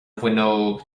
bhfuinneog